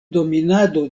dominado